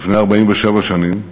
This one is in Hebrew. לפני 47 שנים,